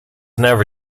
never